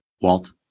Walt